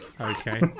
Okay